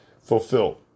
fulfill